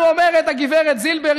אומרת הגברת זילבר,